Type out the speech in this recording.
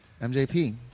MJP